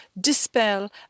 dispel